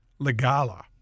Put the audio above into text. Legala